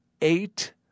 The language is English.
eight